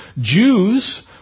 Jews